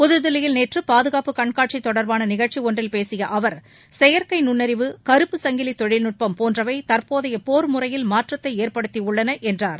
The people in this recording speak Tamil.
புதுதில்லியில் நேற்று பாதுகாப்பு கண்காட்சி தொடர்பான நிகழ்ச்சி ஒன்றில் பேசிய அவர் செயற்கை நுண்ணறிவு கருப்பு சங்கிலி தொழில்நுட்பம் போன்றவை தற்போதைய போர் முறையில் மாற்றத்தை ஏற்படுத்தியுள்ளன என்றார்